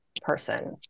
person